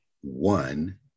one